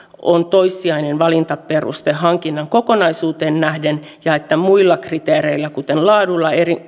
on toissijainen valintaperuste hankinnan kokonaisuuteen nähden ja että muilla kriteereillä kuten laadulla